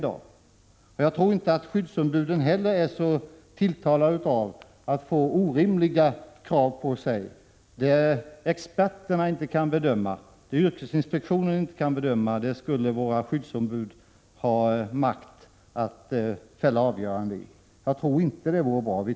Jag tror inte heller att skyddsombuden är så tilltalade av att få orimliga krav på sig som innebär att de skulle ha makt att fälla avgörandet där experterna och yrkesinspektionen inte kan bedöma frågan. Det vore inte bra.